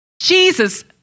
Jesus